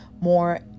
more